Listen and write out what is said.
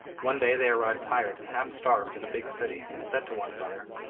one day they arrived tired and half-starved in a big city, and said to one another,